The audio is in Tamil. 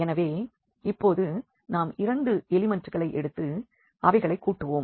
எனவே இப்போது நாம் இரண்டு எலிமண்ட்டுகளை எடுத்து அவைகளை கூட்டுவோம்